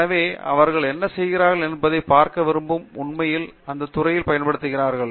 எனவே அவர்கள் என்ன செய்கிறார்கள் என்பதைப் பார்க்க விரும்பும் மக்கள் உண்மையில் இந்த துறையில் பயன்படுத்தப்படுகிறார்கள்